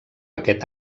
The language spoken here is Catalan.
aquest